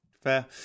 Fair